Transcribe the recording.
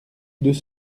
deux